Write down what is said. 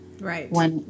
Right